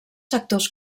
sectors